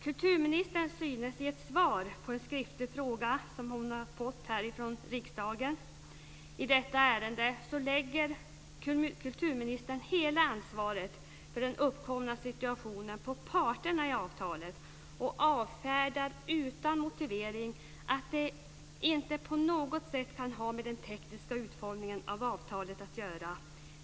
Kulturministern synes, i ett svar på en skriftlig fråga som hon fått här i riksdagen i detta ärende, lägga hela ansvaret för den uppkomna situationen på parterna i avtalet. Hon avfärdar utan motivering att det har något med den tekniska utformningen av avtalet att göra.